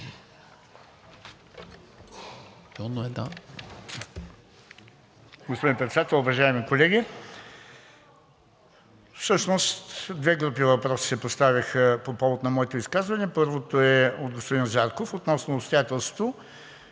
Господин Председател, уважаеми колеги! Всъщност две групи въпроси се поставиха по повод на моето изказване. Първото е от господин Зарков относно обстоятелството,